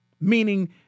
meaning